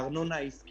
הערה אחרונה.